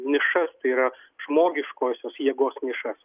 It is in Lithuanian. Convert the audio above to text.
nišas tai yra žmogiškosios jėgos nišas